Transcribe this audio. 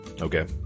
Okay